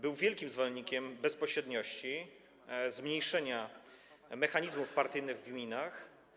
Był wielkim zwolennikiem bezpośredniości, zmniejszenia mechanizmów partyjnych w gminach.